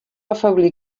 afeblir